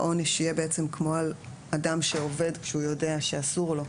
העונש יהיה כמו על אדם שעובד כשהוא יודע שאסור לו?